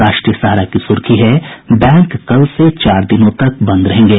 राष्ट्रीय सहारा की सुर्खी है बैंक कल से चार दिनों तक बंद रहेंगे